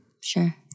Sure